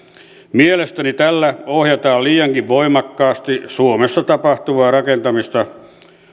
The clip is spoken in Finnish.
mielestäni tällä ohjataan liiankin voimakkaasti suomessa tapahtuvaa rakentamista